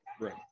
Right